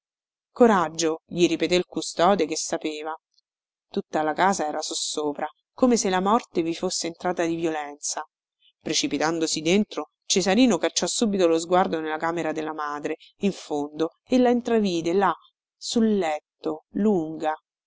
coraggio gli ripeté il custode che sapeva tutta la casa era sossopra come se la morte vi fosse entrata di violenza precipitandosi dentro cesarino cacciò subito lo sguardo nella camera della madre in fondo e la intravide là sul letto lunga